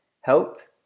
helped